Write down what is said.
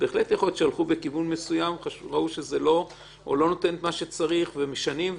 יכול להיות שהלכו בכיוון מסוים וחשבו שזה לא נותן מה שצריך ומשנים.